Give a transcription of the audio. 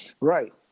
Right